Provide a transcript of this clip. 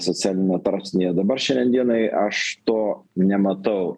socialiniame tarpsnyje dabar šiandien dienai aš to nematau